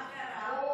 מה קרה?